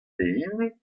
pehini